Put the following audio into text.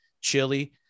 chili